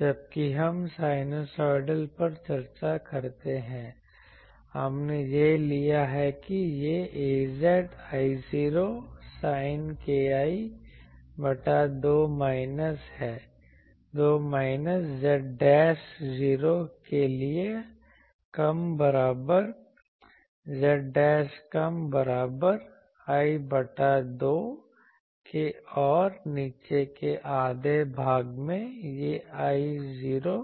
जबकि हम साइनूसोइडल पर चर्चा करते हैं हमने यह लिया है कि यह az I0 sin kl बटा 2 माइनस है 2 minus z 0 के लिए कम बराबर z' कम बराबर I बटा 2 के और नीचे के आधे भाग में यह I0